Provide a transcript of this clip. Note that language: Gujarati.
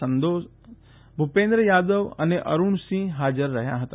સંતોષ ભૂપેન્દ્ર યાદવ અને અરૂણસિંહ હાજર રહ્યા હતા